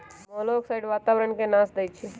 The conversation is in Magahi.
मोलॉक्साइड्स वातावरण के नाश देई छइ